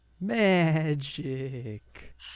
Magic